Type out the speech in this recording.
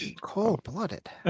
cold-blooded